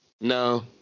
No